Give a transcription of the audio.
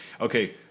okay